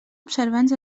observants